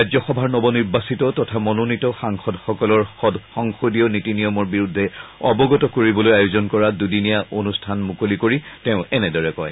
ৰাজ্যসভাৰ নৱনিৰ্বাচিত তথা মনোনীত সাংসদসকলৰ সংসদীয় নীতিনিয়মৰ বিষয়ে অৱগত কৰিবলৈ আয়োজন কৰা দুদিনীয়া অনুষ্ঠানৰ মুকলি কৰি তেওঁ এনেদৰে কয়